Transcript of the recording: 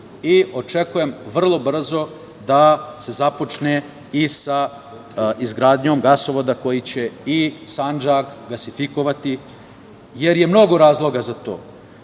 i očekujem vrlo brzo da se započne sa izgradnjom gasovoda koji će i Sandžak gasifikovati, jer je mnogo razloga za